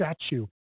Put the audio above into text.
statue